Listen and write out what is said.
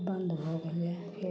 बन्द भऽ गेलै